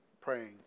praying